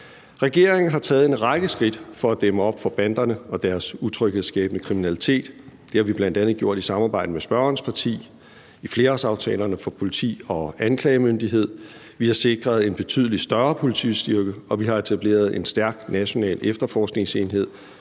Regeringen har taget en række skridt for at dæmme op for banderne og deres utryghedsskabende kriminalitet. Det har vi bl.a. gjort i samarbejde med spørgerens parti i flerårsaftalerne for politi og anklagemyndighed. Vi har sikret en betydelig større politistyrke, og vi har etableret en stærk national efterforskningsenhed,